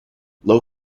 low